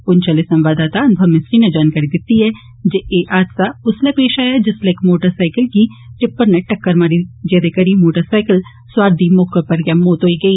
पुछ आले संवाददाता अनुभव मिश्री नै जानकारी दित्ती ऐ जे एह् हादसा उसलै पेश आया जिसलै इक मोटर सैकल गी टिप्पर नै टक्कर मारी जेहदे करी मोटर सैकल सुआर दी मौके उप्पर गै मौत होई गेई